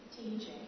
TJ